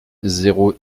zéro